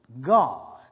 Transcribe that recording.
God